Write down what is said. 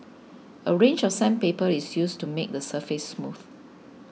a range of sandpaper is used to make the surface smooth